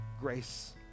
grace